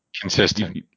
consistent